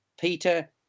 Peter